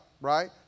Right